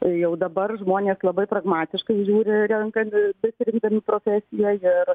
jau dabar žmonės labai pragmatiškai žiūri renkan besirinkdami profesiją ir